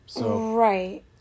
Right